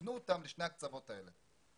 והפנו אותם לשני הקצוות האלה.